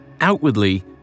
Outwardly